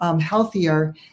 healthier